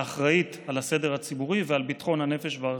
שאחראית על הסדר הציבורי ועל ביטחון הנפש והרכוש."